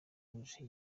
rouge